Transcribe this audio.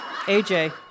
AJ